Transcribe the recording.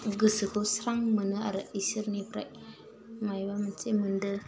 गोसोखौ स्रां मोनो आरो ईश्वोरनिफ्राय मायबा मोनसे मोनदो